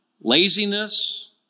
laziness